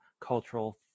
cultural